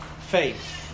faith